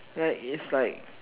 like it's like